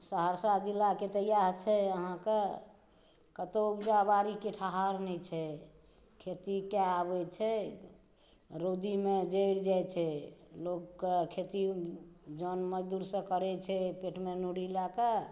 सहरसा जिलाके तऽ इएह छै अहाँकेॅं कतौ उपजा बाड़ीके ठहार नहि छै खेती कए आबै छै रौदीमे जरि जाइ छै लोगके खेती जन मजदूरसँ करै छै पेटमे नूरी लए कऽ